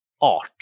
Art